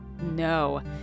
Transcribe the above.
No